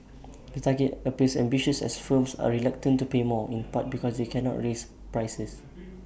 the target appears ambitious as firms are reluctant to pay more in part because they cannot raise prices